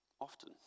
often